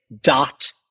dot